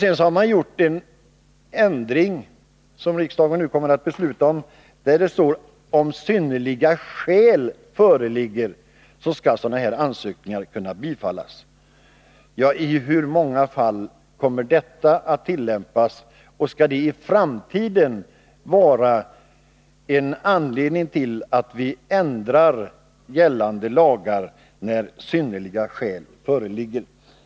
Sedan har utskottet vidtagit en ändring i det förslag som riksdagen nu skall ta ställning till och tillfogat att ”om synnerliga skäl föreligger” skall ansökningar kunna bifallas. I hur många fall kommer detta att tillämpas? Skall ”synnerliga skäl” i framtiden vara anledning till att vi ändrar gällande lagar?